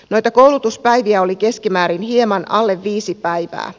noita koulutuspäiviä oli keskimäärin hieman alle viisi päivää